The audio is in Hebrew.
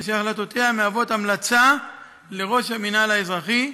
אשר החלטותיה מהוות המלצה לראש המינהל האזרחי.